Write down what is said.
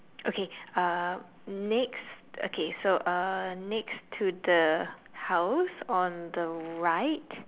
okay uh next okay so uh next to the house on the right